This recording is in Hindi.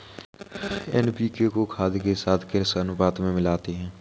एन.पी.के को खाद के साथ किस अनुपात में मिलाते हैं?